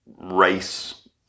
race